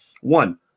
One